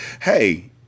Hey